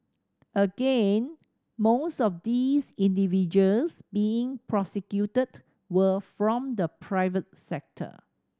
again most of these individuals being prosecuted were from the private sector